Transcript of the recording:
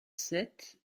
sept